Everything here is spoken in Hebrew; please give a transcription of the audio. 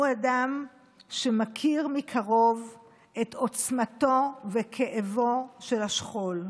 הוא אדם שמכיר מקרוב את עוצמתו וכאבו של השכול.